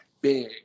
big